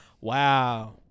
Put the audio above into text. Wow